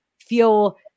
feel